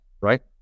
right